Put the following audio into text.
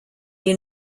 you